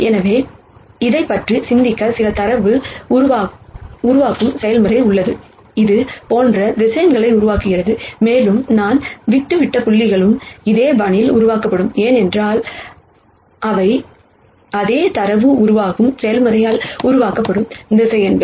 எனவே இதைப் பற்றி சிந்திக்க சில தரவு உருவாக்கும் செயல்முறை உள்ளது இது போன்ற வெக்டர்ஸ் உருவாக்குகிறது மேலும் நான் விட்டுவிட்ட புள்ளிகளும் அதே பாணியில் உருவாக்கப்படும் ஏனென்றால் அவை அதே தரவு உருவாக்கும் செயல்முறையால் உருவாக்கப்படும் வெக்டர்ஸ்